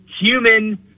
human